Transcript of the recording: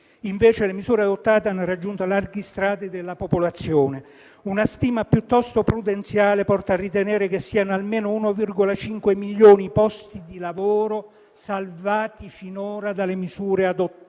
Invece, le misure adottate hanno raggiunto larghi strati della popolazione. Una stima piuttosto prudenziale porta a ritenere che siano almeno 1,5 milioni i posti di lavoro salvati finora dalle misure adottate.